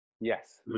Yes